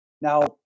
Now